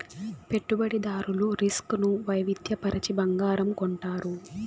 పెట్టుబడిదారులు రిస్క్ ను వైవిధ్య పరచి బంగారం కొంటారు